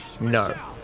No